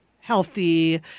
healthy